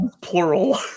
plural